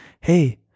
hey